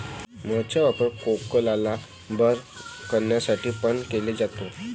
मध चा वापर खोकला बरं करण्यासाठी पण केला जातो